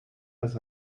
das